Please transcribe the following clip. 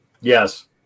Yes